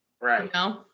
Right